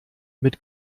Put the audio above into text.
mit